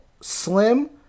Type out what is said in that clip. slim